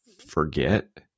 forget